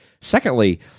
Secondly